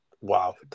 Wow